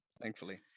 thankfully